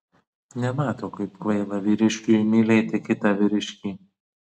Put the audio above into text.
nemato kaip kvaila vyriškiui mylėti kitą vyriškį